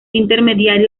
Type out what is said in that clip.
intermediario